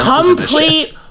Complete